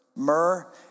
Myrrh